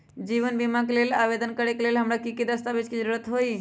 जीवन बीमा के लेल आवेदन करे लेल हमरा की की दस्तावेज के जरूरत होतई?